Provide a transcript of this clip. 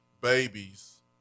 babies